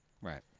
Right